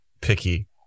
picky